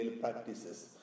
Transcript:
practices